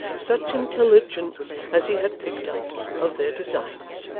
such intelligence as he had picked up, of their designs